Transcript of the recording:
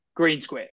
GreenSquare